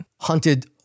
Hunted